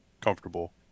comfortable